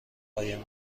قایم